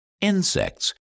insects